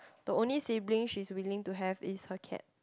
the only siblings she's willing to have is her cat